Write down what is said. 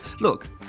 Look